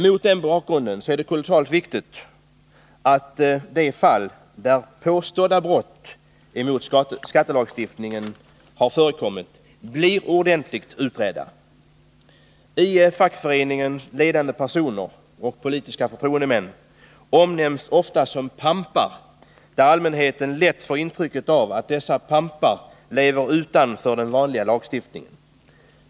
Mot den bakgrunden är det kolossalt viktigt att de fall där det påstås att brott mot skattelagstiftningen förekommit blir ordentligt utredda. Ledande personer i fackföreningar och politiska förtroendemän omnämns ofta som pampar. Allmänheten får lätt intryck av att dessa pampar lever utanför den vanliga lagstiftningen.